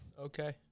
Okay